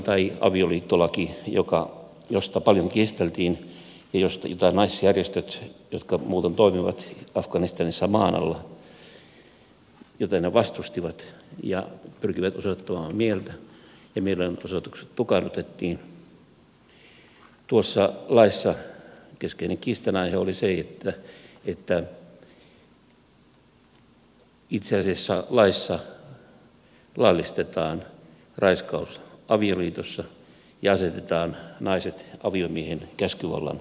muun muassa avioliittolaissa josta paljon kiisteltiin ja jota naisjärjestöt jotka muuten toimivat afganistanissa maan alla vastustivat ja pyrkivät osoittamaan mieltä ja mielenosoitukset tukahdutettiin keskeinen kiistanaihe oli se että itse asiassa laissa laillistetaan raiskaus avioliitossa ja asetetaan naiset aviomiehen käskyvallan alaiseksi